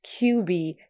QB